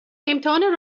امتحان